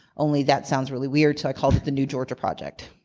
only that sounds really weird, so i called it the new georgia project.